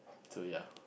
so ya